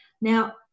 Now